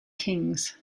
kings